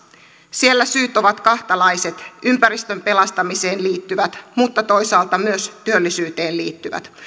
siellä syyt ovat kahtalaiset ympäristön pelastamiseen liittyvät mutta toisaalta myös työllisyyteen liittyvät